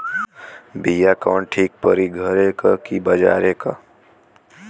बिया कवन ठीक परी घरे क की बजारे क?